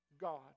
God